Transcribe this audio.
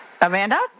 Amanda